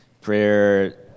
prayer